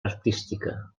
artística